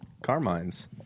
Carmine's